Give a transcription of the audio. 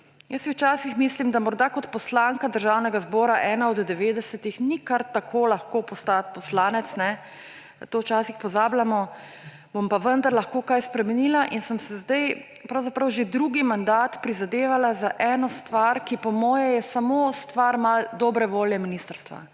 Včasih si mislim, da morda kot poslanka Državnega zbora, ena od devetdesetih – ni kar tako lahko postat poslanec, to včasih pozabljamo –, bom pa vendar lahko kaj spremenila in sem se zdaj pravzaprav že drugi mandat prizadevala za eno stvar, ki po moje je samo stvar malo dobre volje ministrstva.